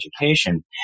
education